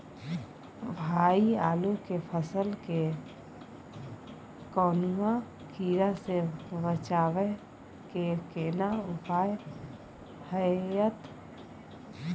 भाई आलू के फसल के कौनुआ कीरा से बचाबै के केना उपाय हैयत?